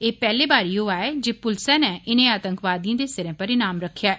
एह् पैहले बारी होआ ऐ जे पुलस नै इनें आतंकियें दे सिरें पर इनाम रक्खेआ ऐ